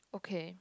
okay